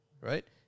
right